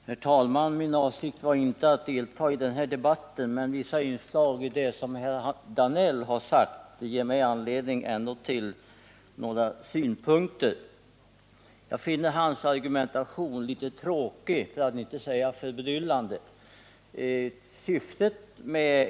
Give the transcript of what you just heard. Herr talman! Min avsikt var inte att delta i denna debatt, men vissa inslag, t.ex. herr Danells inlägg, ger mig ändå anledning att framföra några synpunkter. Jag finner herr Danells argumentering litet tråkig, för att inte säga förbryllande.